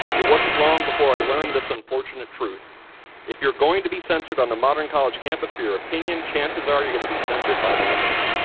it wasn't long before i learned this unfortunate truth if you're going to be censored on the modern college campus for your opinion, chances ar e you're going to be censored by the left.